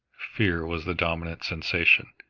fear was the dominant sensation.